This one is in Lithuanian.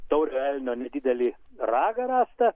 tauriojo elnio nedidelį ragą rastą